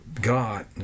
got